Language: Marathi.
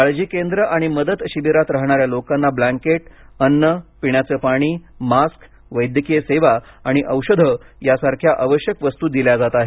काळजी केंद्र आणि मदत शिबिरात राहणाऱ्या लोकांना ब्लँकेट अन्न पिण्याचे पाणी मास्क वैद्यकीय सेवा आणि औषधे यासारख्या आवश्यक वस्तू दिल्या जात आहेत